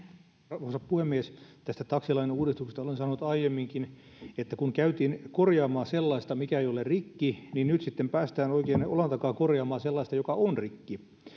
arvoisa puhemies tästä taksilain uudistuksesta olen sanonut aiemminkin että kun käytiin korjaamaan sellaista mikä ei ole rikki niin nyt sitten päästään oikein olan takaa korjaamaan sellaista joka on rikki